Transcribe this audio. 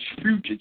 future